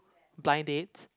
blind dates